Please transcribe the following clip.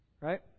Right